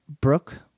Brooke